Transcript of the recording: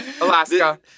Alaska